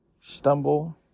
stumble